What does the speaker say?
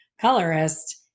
colorist